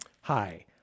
Hi